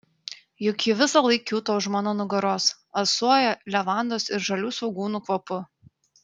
juk ji visąlaik kiūto už mano nugaros alsuoja levandos ir žalių svogūnų kvapu